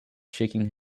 shaking